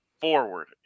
forward